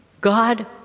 God